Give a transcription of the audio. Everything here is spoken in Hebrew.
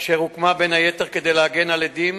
אשר הוקמה בין היתר כדי להגן על עדים